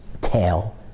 tail